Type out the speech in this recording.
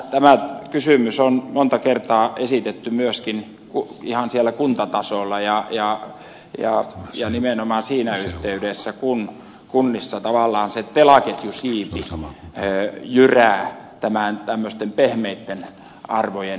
tämä kysymys on monta kertaa esitetty myöskin ihan siellä kuntatasolla ja nimenomaan siinä yhteydessä kun kunnissa tavallaan se telaketjusiipi jyrää tämmöisten pehmeitten arvojen edustajat